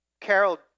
Carol